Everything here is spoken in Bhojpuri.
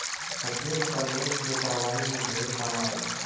सफ़ेद कनेर के दवाई में ढेर काम आवेला